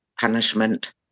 punishment